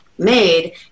made